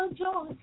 joy